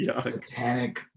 satanic